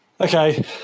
okay